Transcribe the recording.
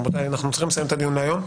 אנחנו צריכים לסיים את הדיון להיום.